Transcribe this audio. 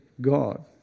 God